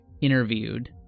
interviewed